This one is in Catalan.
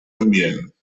ambient